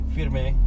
Firme